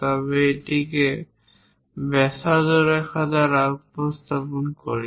তবে আমরা এটিকে ব্যাসার্ধ রেখা দ্বারা উপস্থাপন করি